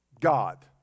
God